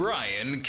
Brian